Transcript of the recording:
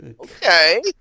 Okay